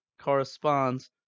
corresponds